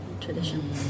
tradition